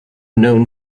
known